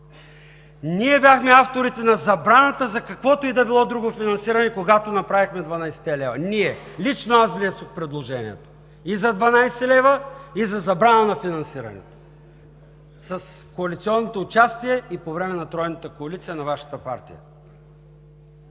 Ние бяхме авторите на забраната за каквото и да било друго финансиране, когато направихме 12-те лева. Ние! Лично аз внесох предложението и за 12 лв., и за забрана на финансирането. С коалиционното участие и по време на Тройната коалиция на Вашата партия.